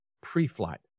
pre-flight